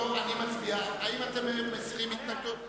האם אתם מסירים התנגדות?